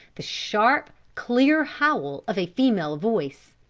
the sharp, clear howl of a female voice,